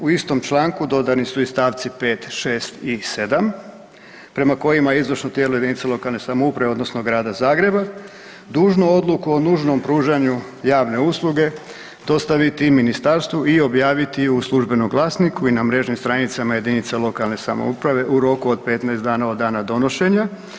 U istom članku dodani su stavci 5., 6. i 7. prema kojima izvršno tijelo jedinica lokalne samouprave odnosno Grada Zagreba dužno odluku o nužnom pružanju javne usluge dostaviti ministarstvu i objaviti u službenom glasniku i na mrežnim stranicama jedinica lokalne samouprave u roku od 15 dana od dana donošenja.